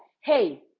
hey